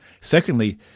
Secondly